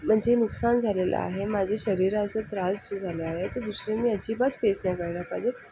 म्हणजे नुकसान झालेलं आहे माझं शरीराचं त्रास झाला आहे तो दुसऱ्याने अजिबात फेस नाही करायला पाहिजे